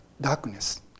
darkness